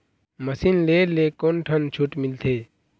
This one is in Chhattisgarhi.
मशीन ले ले कोन ठन छूट मिलथे?